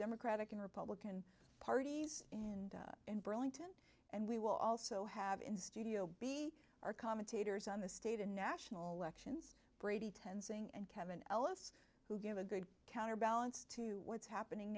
democratic and republican parties in in burlington and we will also have in studio b our commentators on the state and national elections brady tensing and kevin ellis who give a good counterbalance to what's happening